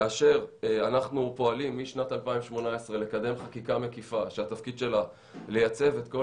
כאשר אנחנו פועלים משנת 2018 לקדם חקיקה מקיפה שהתפקיד שלה לייצב את כל